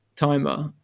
timer